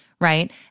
right